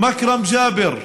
אכרם ג'אבר,